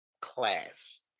class